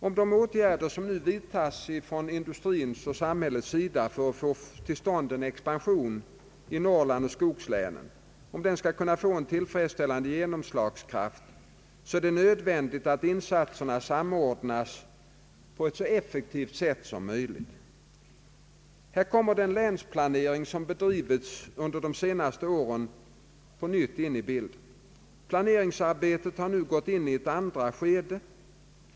Om de åtgärder, som nu vidtas från industrins och samhällets sida för att få till stånd en expansion i Norrland och skogslänen, skall kunna få en tillfredsställande genomslagskraft, är det nödvändigt att insatserna samordnas på ett så effektivt sätt som möjligt. Härvid kommer den länsplanering, som bedrivits under de senaste åren, på nytt in i bilden. Planeringsarbetet har nu gått in i ett andra skede.